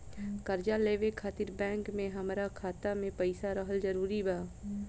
कर्जा लेवे खातिर बैंक मे हमरा खाता मे पईसा रहल जरूरी बा?